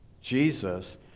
Jesus